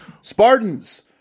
Spartans